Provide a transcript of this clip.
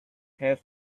have